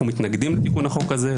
אנחנו מתנגדים לתיקון החוק הזה,